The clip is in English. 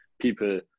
people